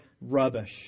rubbish